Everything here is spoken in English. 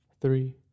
three